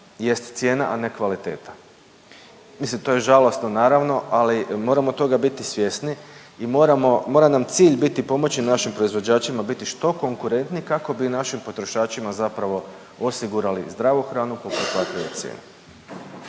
jest cijena, a ne kvaliteta. Mislim to je žalosno naravno, ali moramo toga biti svjesni i mora nam cilj biti pomoći našim proizvođačima biti što konkurentniji kako bi našim potrošačima zapravo osigurali zdravu hranu po prihvatljivoj cijeni.